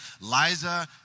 Liza